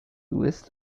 list